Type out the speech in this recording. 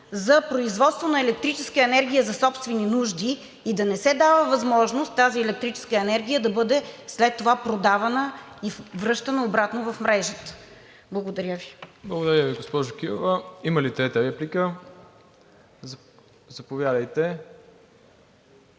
за производство на електрическа енергия за собствени нужди и да не се дава възможност тази електрическа енергия да бъде след това продавана и връщана обратно в мрежата. Благодаря Ви. ПРЕДСЕДАТЕЛ МИРОСЛАВ ИВАНОВ: Благодаря Ви, госпожо Кирова. Има ли трета реплика? Заповядайте.